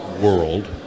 world